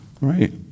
Right